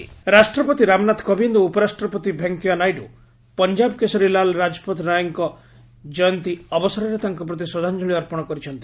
president ରାଷ୍ଟ୍ରପତି ରାମନାଥ କୋବିନ୍ଦ ଓ ଉପରାଷ୍ଟ୍ରପତି ଭେଙ୍କୟା ନାଇଡ଼ୁ ପଞ୍ଜାବ କେଶରୀ ଲାଲା ରାଜପଥ ରାୟଙ୍କ ଜୟନ୍ତୀ ଅବସରରେ ତାଙ୍କ ପ୍ରତି ଶ୍ରଦ୍ଧାଞ୍ଜଳୀ ଅର୍ପଣ କରିଛନ୍ତି